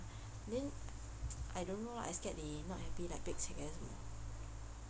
then I don't know lah [what] I scared they not happy like pekchek 还是什么